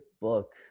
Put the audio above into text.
book